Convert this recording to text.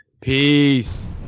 peace